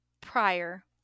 prior